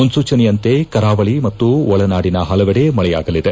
ಮುನ್ಲೂಚನೆಯಂತೆ ಕರಾವಳ ಮತ್ತು ಒಳನಾಡಿನ ಹಲವೆಡೆ ಮಳೆಯಾಗಲಿದೆ